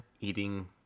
eating